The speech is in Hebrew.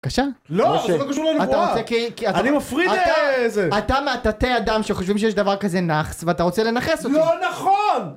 בבקשה? לא! זה לא קשור לנבואה! אתה רוצה כי... אני מפריד איזה... אתה מהתתי אדם שחושבים שיש דבר כזה נאחס ואתה רוצה לנחס אותו לא נכון!